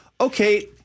okay